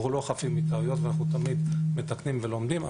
לא חפים מטעויות ואנחנו תמיד מתקנים ולומדים,